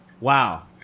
Wow